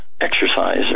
exercise